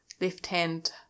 left-hand